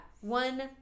One